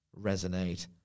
resonate